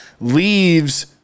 leaves